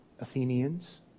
Athenians